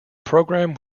programme